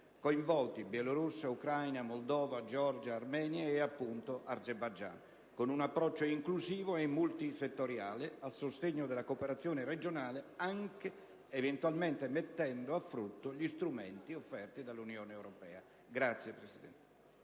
coinvolti (Bielorussia, Ucraina, Moldova, Georgia, Armenia e, appunto, Azerbaigian) con un approccio inclusivo e multisettoriale a sostegno della cooperazione regionale, anche eventualmente mettendo a frutto gli strumenti offerti dall'Unione europea.